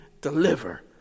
deliver